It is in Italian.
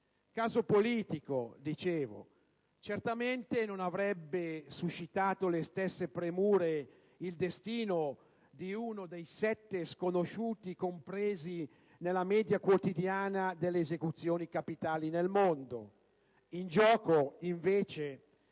caso politico, come dicevo: certamente non avrebbe suscitato le stesse premure il destino di uno dei sette sconosciuti compresi nella media quotidiana delle esecuzioni capitali nel mondo. In gioco, invece,